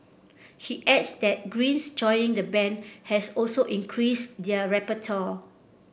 he adds that Green's joining the band has also increased their repertoire